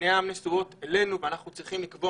עיניים נשואות אלינו ואנחנו צריכים לקבוע